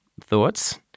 thoughts